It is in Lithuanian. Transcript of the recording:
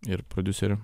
ir prodiuseriu